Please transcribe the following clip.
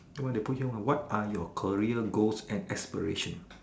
the one they put here one what are your career goals and aspiration